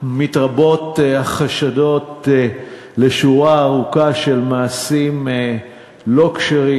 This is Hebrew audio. ומתרבים החשדות לשורה ארוכה של מעשים לא כשרים.